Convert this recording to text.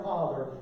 Father